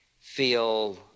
Feel